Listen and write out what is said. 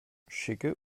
schicke